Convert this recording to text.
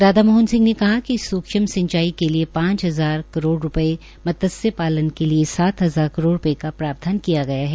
राधा मोहन ने कहा सूक्षम सिंचाई के लिए पांच हजार करोड़ मत्सय पालन के लिए सात कि हजार करोड़ रूपये का प्रावधान किया गया है